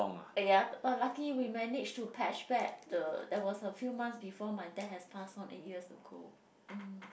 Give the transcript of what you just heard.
!aiya! no but lucky we managed to patched back the that was a few months before my dad has pass on eight years ago mm